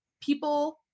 people